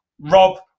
Rob